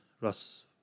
Russ